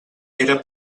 era